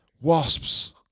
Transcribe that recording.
wasps